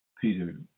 Peter